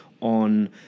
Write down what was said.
on